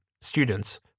Students